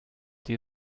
die